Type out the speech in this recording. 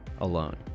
alone